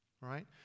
right